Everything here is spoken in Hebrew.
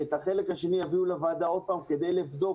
שאת החלק השני יביאו לוועדה עוד פעם כדי לבדוק